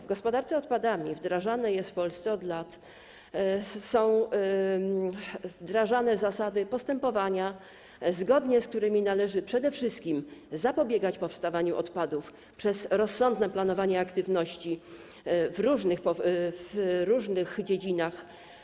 W gospodarce odpadami w Polsce od lat są wdrażane zasady postępowania, zgodnie z którymi należy przede wszystkim zapobiegać powstawaniu odpadów przez rozsądne planowanie aktywności w różnych dziedzinach.